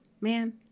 Man